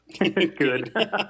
Good